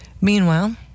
Meanwhile